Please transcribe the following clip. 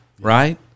Right